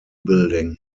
building